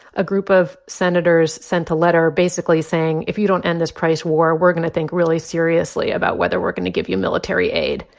a group of senators sent a letter basically saying, if you don't end this price war, we're going to think really seriously about whether we're going to give you military aid.